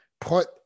put